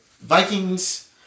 Vikings